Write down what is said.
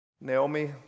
Naomi